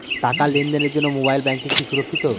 টাকা লেনদেনের জন্য মোবাইল ব্যাঙ্কিং কি সুরক্ষিত?